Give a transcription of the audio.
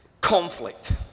Conflict